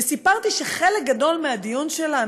וסיפרתי שחלק גדול מהדיון שלנו,